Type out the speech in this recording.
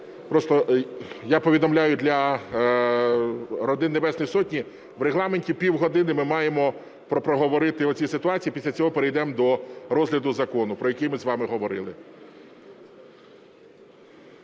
Просто я повідомляю для родин Небесної Сотні, в Регламенті пів години ми маємо проговорити оці ситуації, після цього перейдемо до розгляду закону, про який ми з вами говорили.